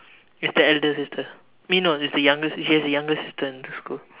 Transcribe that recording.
it's the elder sister eh no it's the younger he has a younger sister in the school